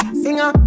singer